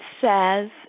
says